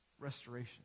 restoration